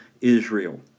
Israel